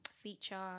feature